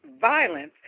violence